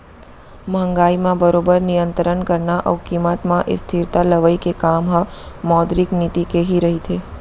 महंगाई म बरोबर नियंतरन करना अउ कीमत म स्थिरता लवई के काम ह मौद्रिक नीति के ही रहिथे